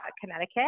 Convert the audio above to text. Connecticut